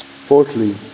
Fourthly